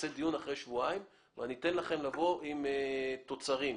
אחרי שבועיים נקיים דיון ואני אתן לכם לבוא עם תוצרים.